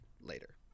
later